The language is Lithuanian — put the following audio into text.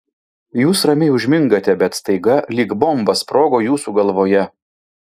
jūs ramiai užmingate bet staiga lyg bomba sprogo jūsų galvoje